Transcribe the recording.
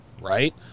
right